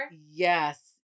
Yes